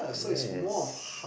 yes